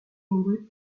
mourut